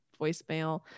voicemail